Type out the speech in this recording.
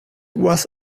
was